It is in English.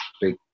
big